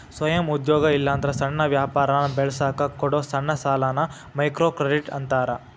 ಸ್ವಯಂ ಉದ್ಯೋಗ ಇಲ್ಲಾಂದ್ರ ಸಣ್ಣ ವ್ಯಾಪಾರನ ಬೆಳಸಕ ಕೊಡೊ ಸಣ್ಣ ಸಾಲಾನ ಮೈಕ್ರೋಕ್ರೆಡಿಟ್ ಅಂತಾರ